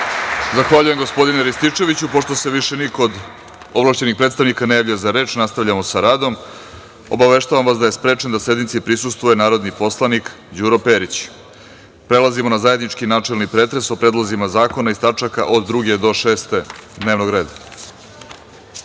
Zahvaljujem, gospodine Rističeviću. Pošto se više niko od ovlašćenih predstavnika ne javlja za reč nastavljamo sa radom. Obaveštavam vas da je sprečen da sednici prisustvuje narodni poslanik Đuro Perić. Prelazimo na zajednički načelni pretres o predlozima zakona iz tačaka od druge do šeste